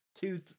two